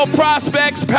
prospects